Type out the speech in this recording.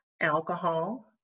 alcohol